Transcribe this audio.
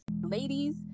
ladies